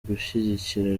gushyigikira